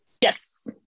Yes